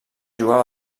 jugar